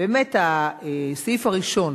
הסעיף הראשון